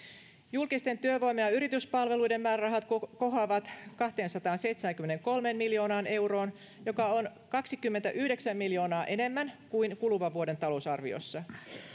julkisten työvoima ja yrityspalveluiden määrärahat kohoavat kahteensataanseitsemäänkymmeneenkolmeen miljoonaan euroon joka on kaksikymmentäyhdeksän miljoonaa enemmän kuin kuluvan vuoden talousarviossa